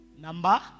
Number